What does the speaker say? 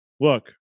Look